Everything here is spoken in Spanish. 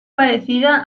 parecida